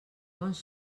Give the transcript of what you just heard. bons